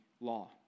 law